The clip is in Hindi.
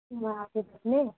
आपकी बस में